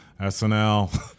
SNL